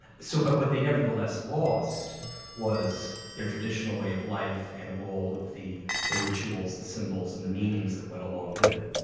so but what they nevertheless lost was their traditional way of life and all of the the rituals, the symbols and the meanings that went along with it.